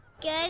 Good